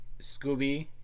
Scooby